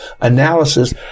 analysis